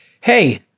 Hey